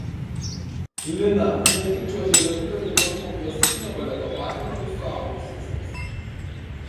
lina ne tik čiuožia ledu bet ir lanko klasikinio baleto pagrindus suaugusiesiems